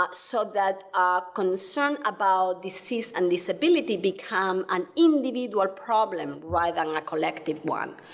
but so that concern about disease and disability become an individual problem rather than a collective one.